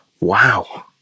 wow